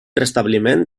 restabliment